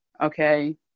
okay